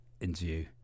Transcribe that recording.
interview